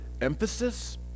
emphasis